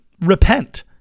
repent